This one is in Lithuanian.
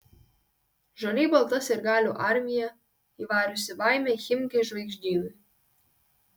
žaliai balta sirgalių armija įvariusi baimę chimki žvaigždynui